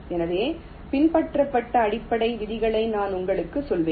எனவே பின்பற்றப்பட்ட அடிப்படை விதிகளை நான் உங்களுக்குச் சொல்லுவேன்